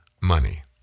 money